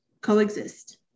coexist